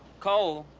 cole!